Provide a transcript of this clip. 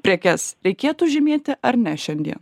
prekes reikėtų žymėti ar ne šiandien